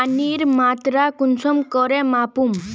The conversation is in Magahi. पानीर मात्रा कुंसम करे मापुम?